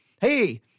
hey